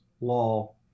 law